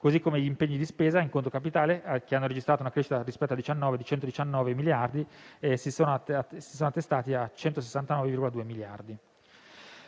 così come gli impegni di spesa in conto capitale, che hanno registrato una crescita rispetto al 2019 di 119 miliardi e si sono attestati a 169,2 miliardi.